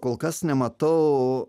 kol kas nematau